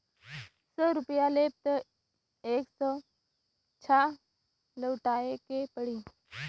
सौ रुपइया लेबा त एक सौ छह लउटाए के पड़ी